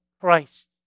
Christ